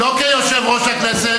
לא כיושב-ראש הכנסת,